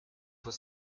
faut